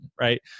right